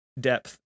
depth